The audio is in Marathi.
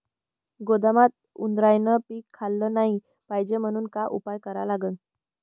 गोदामात उंदरायनं पीक खाल्लं नाही पायजे म्हनून का उपाय करा लागन?